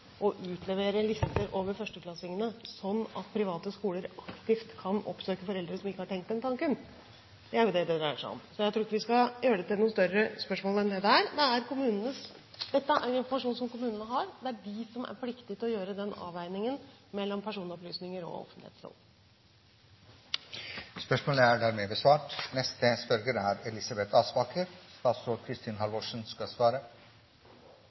å utlevere lister over førsteklassingene, sånn at private skoler aktivt kan oppsøke foreldre som ikke har tenkt den tanken. Det er det dette dreier seg om. Så jeg tror ikke vi skal gjøre dette til et større spørsmål enn det det er. Dette er informasjon som kommunene har, og de er pliktig til å gjøre den avveiningen mellom personopplysninger og